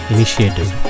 Initiative